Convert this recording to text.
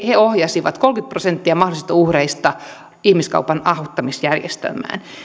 he ohjasivat kolmekymmentä prosenttia mahdollisista uhreista ihmiskaupan auttamisjärjestelmään